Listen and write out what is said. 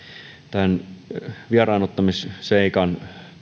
tämän vieraannuttamisseikan